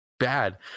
Bad